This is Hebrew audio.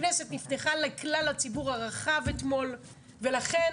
הכנסת נפתחה לכלל הציבור הרחב אתמול ולכן